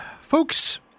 folks